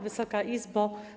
Wysoka Izbo!